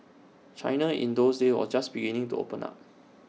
China in those days or just beginning to open up